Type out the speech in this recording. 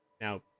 now